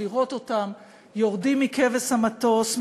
לראות אותם יורדים מכבש המטוס,